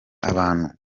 abantu